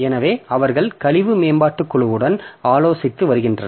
எனவே அவர்கள் கழிவு மேம்பாட்டுக் குழுவுடன் ஆலோசித்து வருகின்றனர்